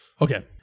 okay